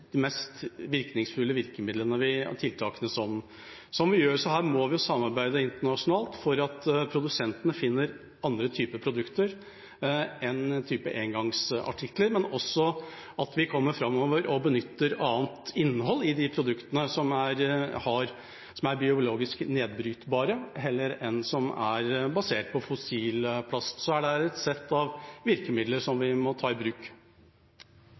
de engangsartiklene ikke produseres i Norge, så det å ha et forbud mot produksjon og eventuelt bruk i Norge er ikke alltid det mest virkningsfulle virkemidlet og tiltaket. Her må vi samarbeide internasjonalt for at produsentene skal finne andre typer produkter enn engangsartikler, men også for at vi skal komme videre og benytte annet innhold i disse produktene, slik at dette blir biologisk nedbrytbart heller enn basert på fossil plast. Så her er det et sett av virkemidler som vi